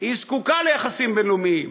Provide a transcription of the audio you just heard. היא זקוקה ליחסים בין-לאומיים,